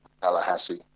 Tallahassee